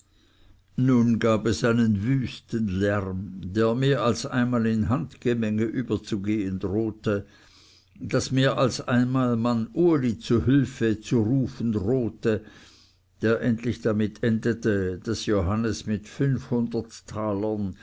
nun gab es einen wüsten lärm der mehr als einmal in handgemenge überzugehen drohte daß mehr als einmal man uli zu hülfe zu rufen drohte der endlich damit endete daß johannes mit fünfhundert talern